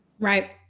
right